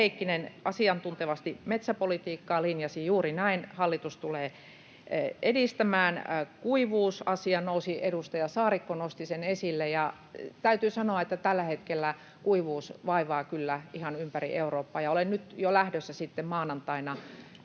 Heikkinen asiantuntevasti sitä linjasi. Juuri näin, hallitus tulee sitä edistämään. Kuivuusasia nousi, edustaja Saarikko nosti sen esille. Täytyy sanoa, että tällä hetkellä kuivuus vaivaa kyllä ihan ympäri Eurooppaa. Olen lähdössä nyt jo maanantaina